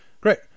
great